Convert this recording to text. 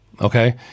Okay